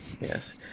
Yes